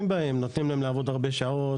נותנים להם לעבוד הרבה שעות,